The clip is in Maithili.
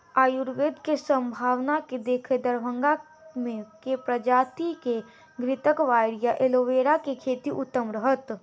आयुर्वेद केँ सम्भावना केँ देखैत दरभंगा मे केँ प्रजाति केँ घृतक्वाइर वा एलोवेरा केँ खेती उत्तम रहत?